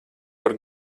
par